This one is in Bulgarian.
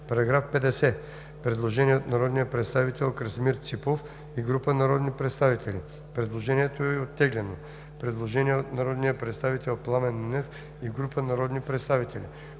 По § 50 има предложение на народния представител Красимир Ципов и група народни представители. Предложението е оттеглено. Предложение на народния представител Пламен Нунев и група народни представители.